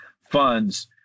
funds